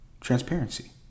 Transparency